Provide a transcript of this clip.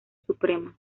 suprema